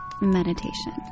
meditation